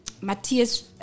Matthias